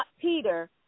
peter